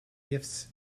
gifts